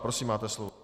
Prosím, máte slovo.